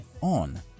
on